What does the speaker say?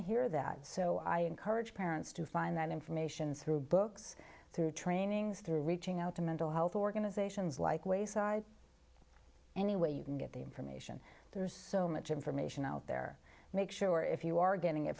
to hear that so i encourage parents to find that information through books through trainings through reaching out to mental health organizations like wayside any way you can get the information there's so much information out there make sure if you are getting it